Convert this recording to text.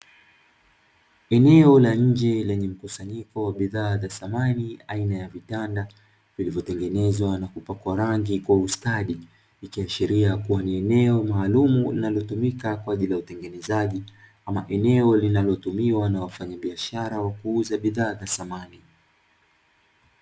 Eneo la nje lenye mkusanyiko wa bidhaa za samani aina ya vitanda, vilivyotengenezwa na kupakwa rangi kwa ustadi, ikiashiria kuwa ni eneo maalumu linalotumika kwa ajili ya utengenezaji; ama eneo linalotumiwa na wafanyabiashara wa kuuza bidhaa za samani.